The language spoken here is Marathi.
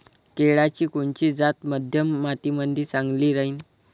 केळाची कोनची जात मध्यम मातीमंदी चांगली राहिन?